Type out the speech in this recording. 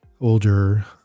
older